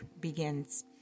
begins